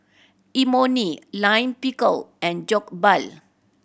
Imoni Lime Pickle and Jokbal